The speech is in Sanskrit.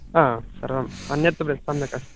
हा सर्वम् अन्यत् सम्यक् अस्ति